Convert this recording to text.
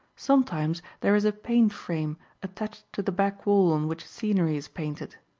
sometimes there is a paint-frame attached to the back wall on which scenery is painted.